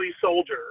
soldier